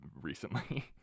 recently